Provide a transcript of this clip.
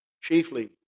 chiefly